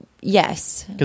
yes